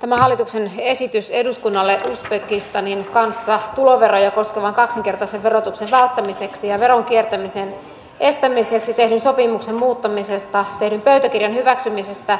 tämä on hallituksen esitys eduskunnalle uzbekistanin kanssa tuloveroja koskevan kaksinkertaisen verotuksen välttämiseksi ja veron kiertämisen estämiseksi tehdyn sopimuksen muuttamisesta tehdyn pöytäkirjan hyväksymisestä